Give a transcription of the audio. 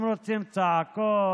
הם רוצים צעקות,